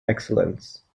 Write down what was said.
excellence